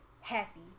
happy